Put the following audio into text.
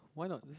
why not